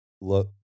look